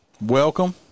Welcome